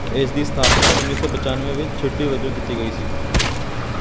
ਇਸ ਦੀ ਸਥਾਪਨਾ ਉੱਨੀ ਸੌ ਪਚਾਨਵੇਂ ਵਿੱਚ ਛੁੱਟੀ ਵਜੋਂ ਕੀਤੀ ਗਈ ਸੀ